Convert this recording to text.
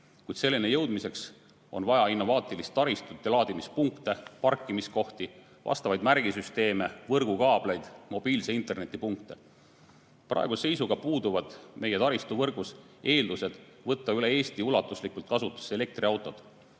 Kuid selleni jõudmiseks on vaja innovaatilist taristut ja laadimispunkte, parkimiskohti, vastavaid märgisüsteeme, võrgukaableid, mobiilse interneti punkte. Praeguse seisuga puuduvad meie taristuvõrgus eeldused võtta üle Eesti ulatuslikult kasutusse elektriautod,